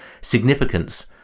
significance